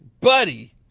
Buddy